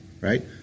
right